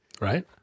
Right